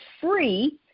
free